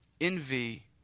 Envy